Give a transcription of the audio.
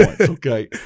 okay